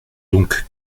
donc